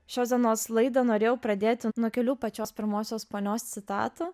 šios dienos laidą norėjau pradėti nuo kelių pačios pirmosios ponios citatų